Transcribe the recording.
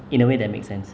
in a way that makes sense